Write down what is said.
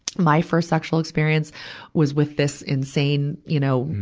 my first sexual experience was with this insane, you know,